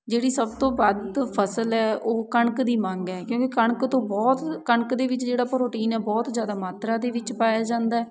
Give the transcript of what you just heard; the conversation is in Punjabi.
ਜਿਹੜੀ ਸਭ ਤੋਂ ਵੱਧ ਫਸਲ ਹੈ ਉਹ ਕਣਕ ਦੀ ਮੰਗ ਹੈ ਕਿਉਂਕਿ ਕਣਕ ਤੋਂ ਬਹੁਤ ਕਣਕ ਦੇ ਵਿੱਚ ਜਿਹੜਾ ਪ੍ਰੋਟੀਨ ਹੈ ਬਹੁਤ ਜ਼ਿਆਦਾ ਮਾਤਰਾ ਦੇ ਵਿੱਚ ਪਾਇਆ ਜਾਂਦਾ ਹੈ